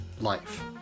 life